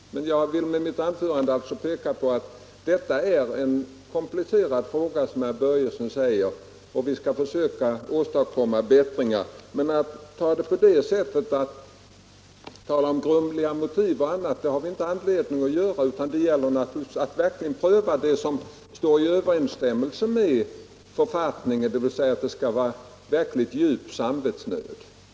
Jag vill alltså med mitt anförande peka på att detta är, som herr Börjesson i Falköping säger, en komplicerad fråga och att vi skall försöka åstadkomma förbättringar. Att tala om grumliga motiv osv. har vi dock inte anledning att göra, utan det gäller att pröva vad som står i överensstämmelse med författningen, dvs. att det skall vara fråga om verkligt djup samvetsnöd.